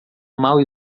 mal